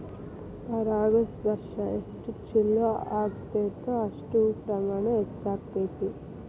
ಪರಾಗಸ್ಪರ್ಶ ಎಷ್ಟ ಚುಲೋ ಅಗೈತೋ ಅಷ್ಟ ಹೂ ಪ್ರಮಾಣ ಹೆಚ್ಚಕೈತಿ